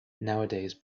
nowadays